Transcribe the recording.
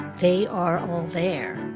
they are all there.